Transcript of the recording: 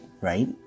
right